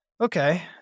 okay